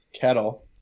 kettle